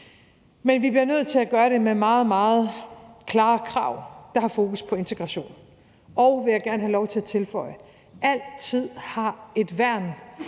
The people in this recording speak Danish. Men vi bliver nødt til at gøre det med meget, meget klare krav, der har fokus på integration, og som – vil jeg gerne have lov til at tilføje – altid har et værn